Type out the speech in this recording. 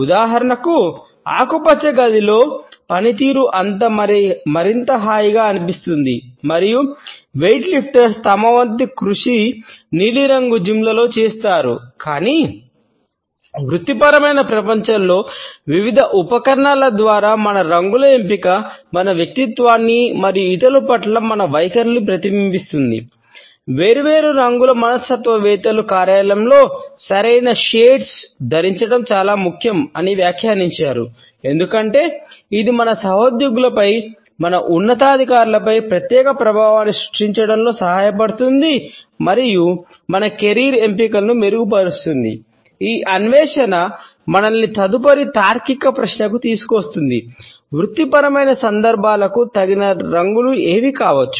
ఉదాహరణకు ఆకుపచ్చ గదిలో పనితీరు మరింత హాయ్ గా అనిపిస్తుంది మరియు వెయిట్ లిఫ్టర్లు ప్రశ్నకు తీసుకువస్తుంది వృత్తిపరమైన సందర్భాలకు తగిన రంగులు ఏవి కావచ్చు